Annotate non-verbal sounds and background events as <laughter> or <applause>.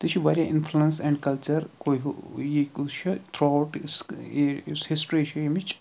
تہٕ چھِ واریاہ اِنفٕلَنٕس اینٛڈ کَلچَر کُے ہُہ یہِ <unintelligible> چھُ تھرٛوٗ اَوُٹ سُہ یہِ یُس ہسٹرٛی چھِ اَمِچ